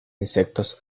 insectos